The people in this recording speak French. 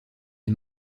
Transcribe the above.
est